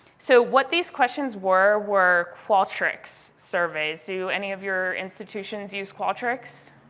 so what these questions were were qualtrics surveys. do any of your institutions use qualtrics?